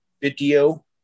video